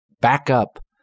backup